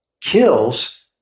kills